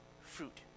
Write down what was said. fruit